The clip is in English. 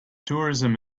tourism